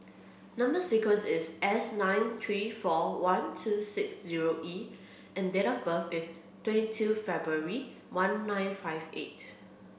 number sequence is S nine three four one two six zero E and date of birth is twenty two February one nine five eight